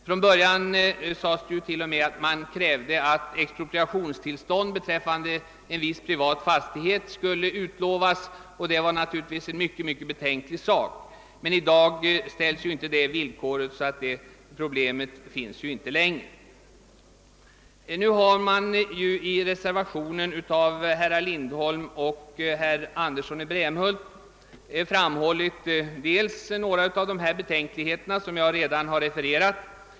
Från början krävdes t.ex. att expropriationstillstånd beträffande en viss privat fastighet skulle utlovas, och det var naturligtvis mycket betänkligt. I dag ställs emellertid inte det villkoret, varför det problemet är borta. I reservationen av herrar Lindholm och Andersson i Brämhult har framhållits några av de betänkligheter som jag har refererat.